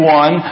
one